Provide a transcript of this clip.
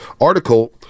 article